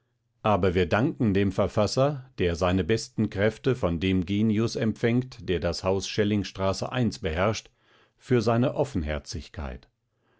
aber wir danken dem verfasser der seine besten kräfte von dem genius empfängt der das haus schellingstraße beherrscht für seine offenherzigkeit